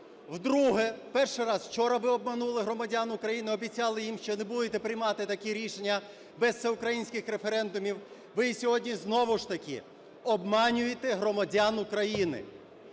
вдруге, перший раз вчора ви обманули громадян України, обіцяли їм, що не будете приймати такі рішення без всеукраїнських референдумів, ви сьогодні знову ж таки обманюєте громадян України.